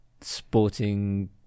sporting